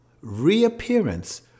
reappearance